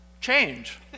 change